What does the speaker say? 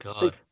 God